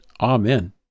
Amen